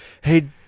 hey